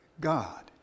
God